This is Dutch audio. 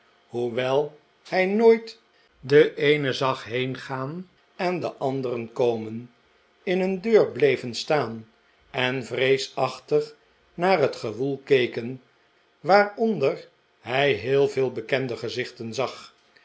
hoewel hij nooit den eenen zag heengaan en den anderen komen in een deur bleven staan en vreesachtig naar het gewoel keken waaronder hij heel veel bekende gezichten zag